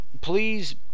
please